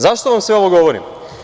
Zašto vam sve ovo govorim?